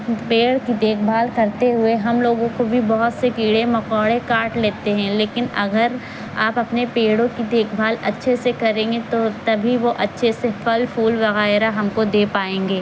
پیڑ کی دیکھ بھال کرتے ہوئے ہم لوگوں کو بھی بہت سے کیڑے مکوڑے کاٹ لیتے ہیں لیکن اگر آپ اپنے پیڑوں کی دیکھ بھال اچھے سے کریں گے تو تبھی وہ اچھے سے پھل پھول وغیرہ ہم کو دے پائیں گے